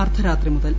അർധരാത്രി മുതൽ